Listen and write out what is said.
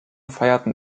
feierten